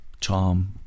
Tom